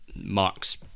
Mark's